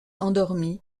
endormie